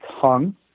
tongue